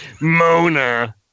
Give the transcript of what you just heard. Mona